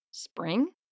Spring